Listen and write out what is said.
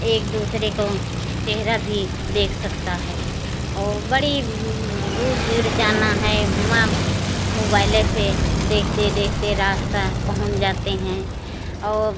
एक दूसरे को चेहरा भी देख सकता है और बड़ी दूर दूर जाना है हुआ मोबाइले से देखते देखते रास्ता पहुँच जाते हैं औ